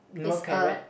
no carrot